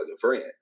friend